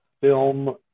film